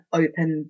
open